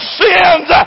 sins